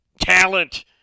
talent